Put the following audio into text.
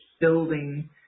building